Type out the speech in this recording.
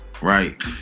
Right